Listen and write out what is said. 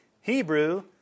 Hebrew